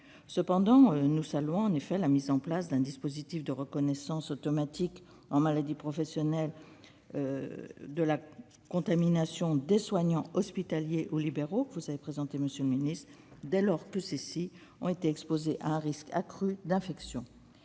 Cependant, nous saluons la mise en place du dispositif de reconnaissance automatique en maladie professionnelle de la contamination des soignants hospitaliers ou libéraux que vous avez présenté, monsieur le secrétaire d'État, dès lors que ceux-ci ont été exposés à un risque accru d'infection.